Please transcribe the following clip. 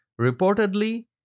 Reportedly